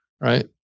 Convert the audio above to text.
Right